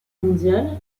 mondiale